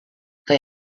they